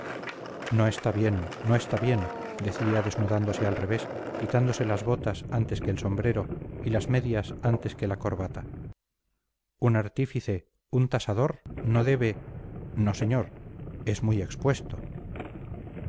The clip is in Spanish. no está bien no está bien decía desnudándose al revés quitándose las botas antes que el sombrero y las medias antes que la corbata un artífice un tasador no debe no señor es muy expuesto